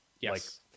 Yes